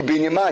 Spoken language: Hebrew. קיבינימט,